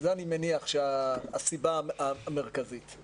אני מניח שזו הסיבה המרכזית...